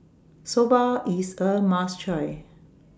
Soba IS A must Try